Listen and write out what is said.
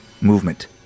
Movement